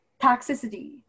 Toxicity